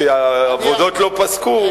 שהעבודות לא פסקו,